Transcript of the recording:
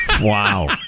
Wow